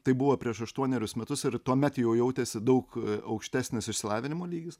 tai buvo prieš aštuonerius metus ir tuomet jau jautėsi daug aukštesnis išsilavinimo lygis